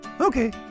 okay